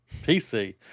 PC